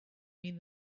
mean